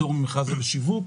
בפטור ממכרז לשיווק.